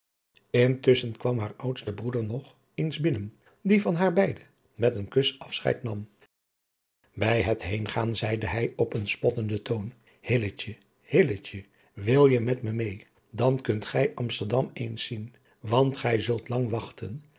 intusschen kwam haar oudste broeder nog eens binnen die van haar beide met een kus afscheid nam bij het heengaan zeide hij op een spottenden toon hilletje hilletje wil je met me meê dan kunt gij amsterdam eens zien want gij zult lang wachten